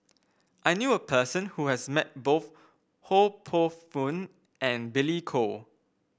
I knew a person who has met both Ho Poh Fun and Billy Koh